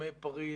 הסכמי פריס,